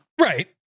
Right